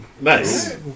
Nice